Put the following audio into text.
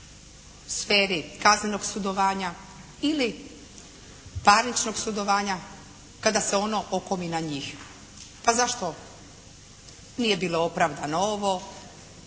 sferi kaznenog sudovanja ili parničnog sudovanja kada se ono okomi na njih pa zašto nije bilo opravdano ovo,